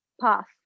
path